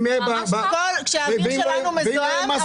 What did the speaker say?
כשהאוויר שלנו מזוהם,